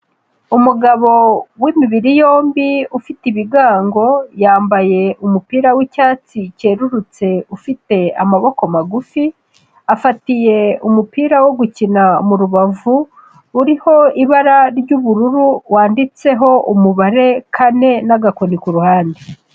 Umugabo w'imibiri yombi ufite ibigango yambaye umupira w'icyatsi cyerurutse ufite amaboko magufi, afatiye umupira wo gukina mu rubavu uriho ibara ry'ubururu wanditseho umubare kane n'agakoni ku ruhande.